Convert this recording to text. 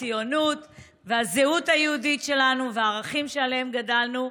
הציונות והזהות היהודית שלנו והערכים שעליהם גדלנו,